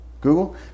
Google